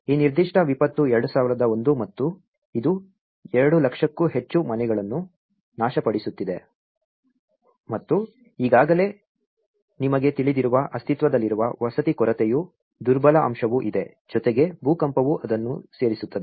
ಆದ್ದರಿಂದ ಈ ನಿರ್ದಿಷ್ಟ ವಿಪತ್ತು 2001 ಮತ್ತು ಇದು 200000 ಕ್ಕೂ ಹೆಚ್ಚು ಮನೆಗಳನ್ನು ನಾಶಪಡಿಸುತ್ತಿದೆ ಮತ್ತು ಈಗಾಗಲೇ ನಿಮಗೆ ತಿಳಿದಿರುವ ಅಸ್ತಿತ್ವದಲ್ಲಿರುವ ವಸತಿ ಕೊರತೆಯ ದುರ್ಬಲ ಅಂಶವೂ ಇದೆ ಜೊತೆಗೆ ಭೂಕಂಪವು ಅದನ್ನು ಸೇರಿಸುತ್ತದೆ